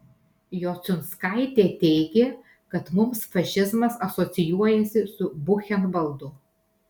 jociunskaitė teigė kad mums fašizmas asocijuojasi su buchenvaldu